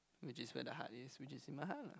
which is where the heart is which is in my heart lah